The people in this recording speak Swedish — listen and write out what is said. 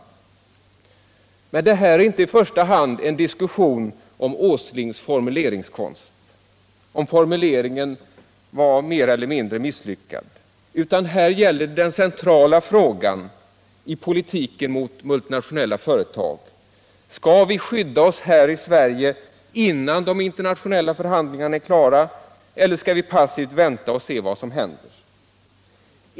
É Men här är det inte i första hand en diskussion om Åslings formuleringskonst, om huruvida formuleringen var mer eller mindre misslyckad, utan här gäller den centrala frågan i politiken mot multinationella företag: Skall vi skydda oss här i Sverige innan de internationella förhandlingarna är klara, eller skall vi passivt vänta och se vad som händer?